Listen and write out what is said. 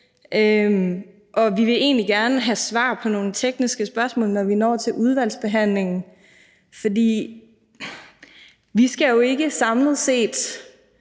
Vi vil egentlig gerne have svar på nogle tekniske spørgsmål, når vi når til udvalgsbehandlingen, for vi vil jo ikke støtte